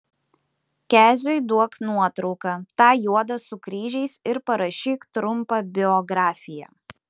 keziui duok nuotrauką tą juodą su kryžiais ir parašyk trumpą biografiją